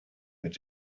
mit